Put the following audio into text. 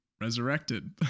resurrected